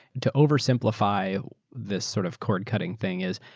to over simplify this sort of cord-cutting thing is,